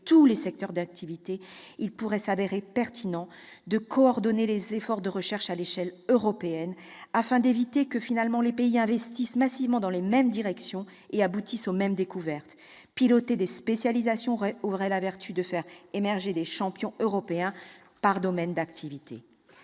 tous les secteurs d'activité, il pourrait s'avérer pertinent de coordonner les efforts de recherche à l'échelle européenne, afin d'éviter que des pays n'investissent massivement dans les mêmes directions et n'aboutissent aux mêmes découvertes. Piloter les spécialisations aurait la vertu de faire émerger des champions européens par domaine d'activité.